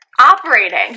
operating